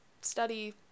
study